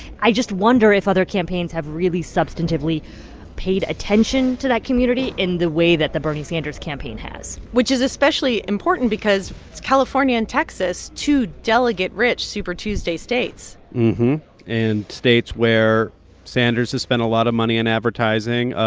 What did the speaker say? i just wonder if other campaigns have really substantively paid attention to that community in the way that the bernie sanders campaign has which is especially important because it's california and texas, two delegate-rich super tuesday states mmm hmm and states where sanders has spent a lot of money in advertising.